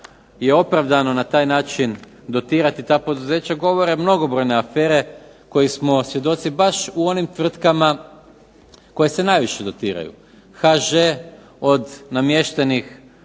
HŽ od namještenih